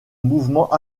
mouvements